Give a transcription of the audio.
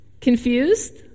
Confused